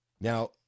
Now